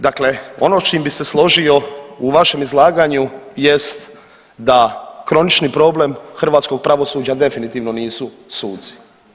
Dakle, ono s čim bi se složio u vašem izlaganju jest da kronični problem hrvatskog pravosuđa definitivno nisu suci.